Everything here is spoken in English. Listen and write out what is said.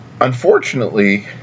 Unfortunately